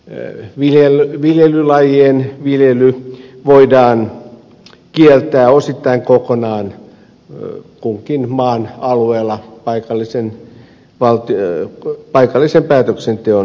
jäi geenimuunneltujen viljelylajien viljely voidaan kieltää osittain kokonaan kunkin maan alueella paikallisen päätöksenteon mukaan